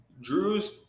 Drew's